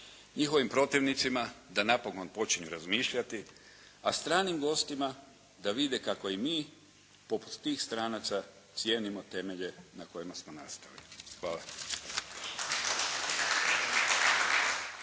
njihovim protivnicima da napokon počinju razmišljati, a stranim gostima da vide kako i mi poput tih stranca cijenimo temelje na kojima smo nastali. Hvala.